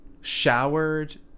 showered